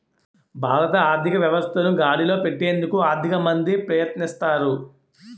భారత ఆర్థిక వ్యవస్థను గాడిలో పెట్టేందుకు ఆర్థిక మంత్రి ప్రయత్నిస్తారు